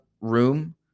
room